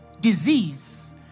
disease